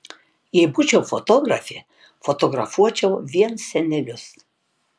jei būčiau fotografė fotografuočiau vien senelius